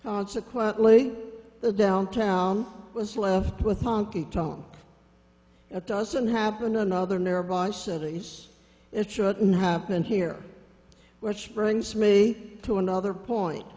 consequently the downtown was left with honky tonk it doesn't happen another nearby cities it shouldn't happen here which brings me to another point